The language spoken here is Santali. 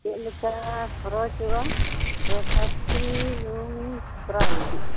ᱪᱮᱫ ᱞᱮᱠᱟ ᱠᱷᱚᱨᱚᱪᱚᱜᱼᱟ ᱪᱷᱚᱭ ᱥᱟᱛᱴᱤ ᱨᱩᱢᱼᱤᱧ ᱠᱚᱨᱟᱣ ᱞᱟᱹᱜᱤᱫ